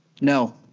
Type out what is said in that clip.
No